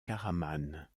caraman